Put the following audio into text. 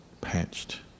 patched